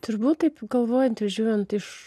turbūt taip galvojant važiuojant iš